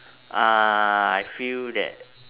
uh I feel that